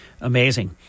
amazing